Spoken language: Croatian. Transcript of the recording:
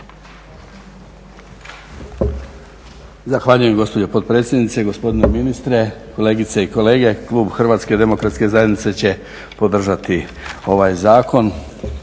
Zahvaljujem gospođo potpredsjednice. Gospodine ministre, kolegice i kolege. Klub HDZ-a će podržati ovaj zakon